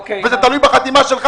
וזה תלוי בחתימה שלך,